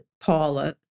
Paula